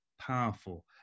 powerful